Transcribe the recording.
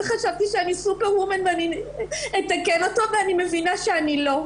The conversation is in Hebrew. חשבתי שאני סופרוומן ואני אתקן אותו,